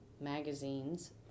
magazines